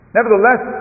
Nevertheless